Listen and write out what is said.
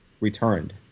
returned